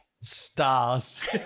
Stars